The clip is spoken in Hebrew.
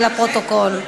לפרוטוקול,